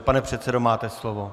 Pane předsedo, máte slovo.